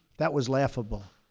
that was laughable.